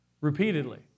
repeatedly